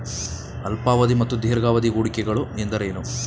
ಅಲ್ಪಾವಧಿ ಮತ್ತು ದೀರ್ಘಾವಧಿ ಹೂಡಿಕೆಗಳು ಎಂದರೇನು?